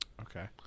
Okay